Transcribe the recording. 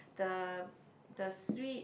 the the sweet